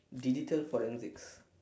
digital forensics